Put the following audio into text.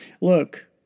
Look